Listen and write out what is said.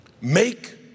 make